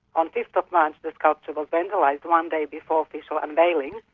on fifth but march the sculpture was vandalised, one day before official unveiling.